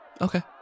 Okay